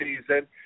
season